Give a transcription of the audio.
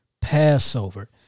Passover